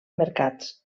mercats